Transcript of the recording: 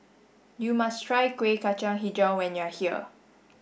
you must try Kuih Kacang Hijau when you are here